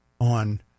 on